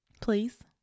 please